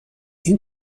این